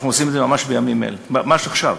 אנחנו עושים את זה ממש בימים אלה, ממש עכשיו,